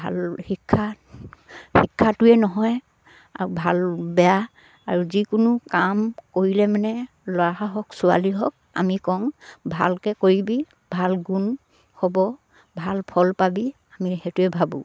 ভাল শিক্ষা শিক্ষাটোৱে নহয় আৰু ভাল বেয়া আৰু যিকোনো কাম কৰিলে মানে ল'ৰা হওক ছোৱালী হওক আমি কওঁ ভালকে কৰিবি ভাল গুণ হ'ব ভাল ফল পাবি আমি সেইটোৱে ভাবোঁ